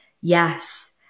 yes